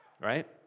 right